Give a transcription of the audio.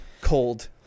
cold